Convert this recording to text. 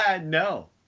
No